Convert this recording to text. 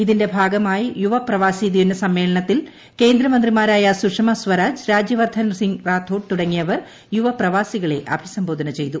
ഇതിന്റെ ഭാഗമായ യുവ പ്രവാസി സമ്മേളനത്തിൽ ്ട്ക്ക്ര്ദ്മന്ത്രിമാരായ സുഷമ സ്വരാജ് ദിന രാജ്യവർദ്ധൻ സിംഗ് റ്റ്സ്ഫോഡ് തുടങ്ങിയവർ യുവ പ്രവാസികളെ അഭിസംബോധന ചെയ്തു